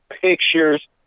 pictures